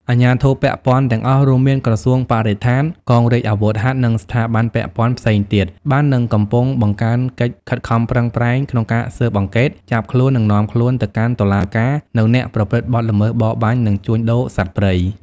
អាជ្ញាធរពាក់ព័ន្ធទាំងអស់ រួមមានក្រសួងបរិស្ថាន កងរាជអាវុធហត្ថ និងស្ថាប័នពាក់ព័ន្ធផ្សេងទៀត បាននិងកំពុង បង្កើនកិច្ចខិតខំប្រឹងប្រែងក្នុងការស៊ើបអង្កេត ចាប់ខ្លួន និងនាំខ្លួនទៅកាន់តុលាការនូវ អ្នកប្រព្រឹត្តបទល្មើសបរបាញ់ និងជួញដូរសត្វព្រៃ។